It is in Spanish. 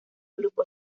grupo